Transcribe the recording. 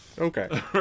Okay